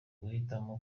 guhitamo